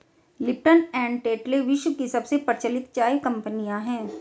Lipton and Tetley विश्व की सबसे प्रचलित चाय कंपनियां है